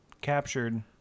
captured